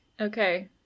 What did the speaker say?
okay